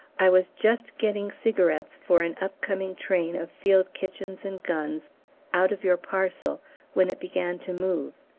i was just getting cigarettes for an up-going train of field-kitchens and guns out of your parcel when it began to move.